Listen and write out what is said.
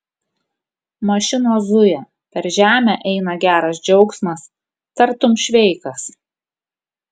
mašinos zuja per žemę eina geras džiaugsmas tartum šveikas